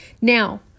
Now